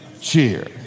cheer